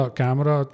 camera